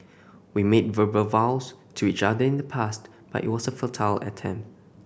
we made verbal vows to each other in the past but it was a futile attempt